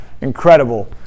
incredible